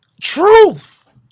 truth